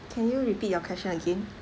can you repeat your question again